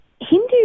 Hindu